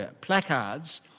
placards